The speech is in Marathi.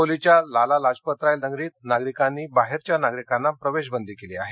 हिगोलीच्या लाला लजपतराय नगरीत नागरिकांनी बाहेरच्या नागरिकांना प्रवेशबंदी केली आहे